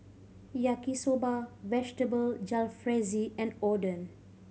Yaki Soba Vegetable Jalfrezi and Oden